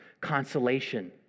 consolation